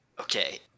Okay